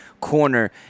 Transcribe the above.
corner